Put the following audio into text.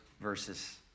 verses